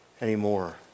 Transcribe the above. anymore